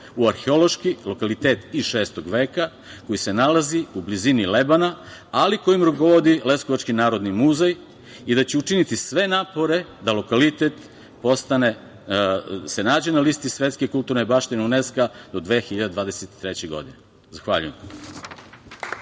u arheološki lokalitet iz VI veka koji se nalazi u blizini Lebana, ali kojim rukovodi leskovački Narodni muzej i da će učiniti sve napore da lokalitet se nađe na listi Svetske kulturne baštine UNESKO-a do 2023. godine. Zahvaljujem.